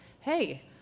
hey